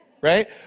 Right